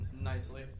nicely